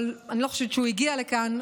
אבל אני לא חושבת שהוא הגיע לכאן.